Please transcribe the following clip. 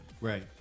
Right